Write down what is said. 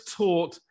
taught